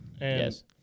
yes